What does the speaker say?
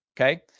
Okay